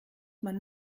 man